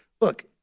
look